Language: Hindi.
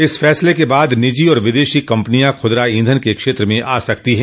इस फसले के बाद निजी और विदेशी कम्पनियां खुदरा ईंधन के क्षेत्र में आ सकती हैं